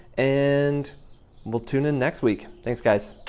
and we'll tune in next week. thanks guys.